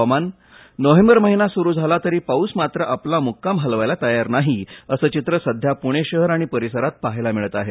हवामान नोव्हेंबर महिना सुरु झाला तरी पाऊस मात्र आपला मुक्काम हलवायला तयार नाही असं चित्र सध्या पुणे शहर आणि परिसरात पाहायला मिळत आहे